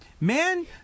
Man